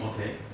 Okay